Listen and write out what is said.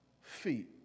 feet